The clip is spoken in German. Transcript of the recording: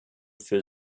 für